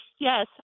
Yes